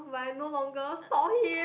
but I no longer stalk him